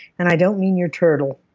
and i don't mean your turtle,